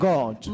God